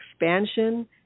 expansion